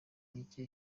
micye